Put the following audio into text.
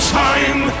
time